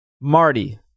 Marty